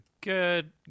good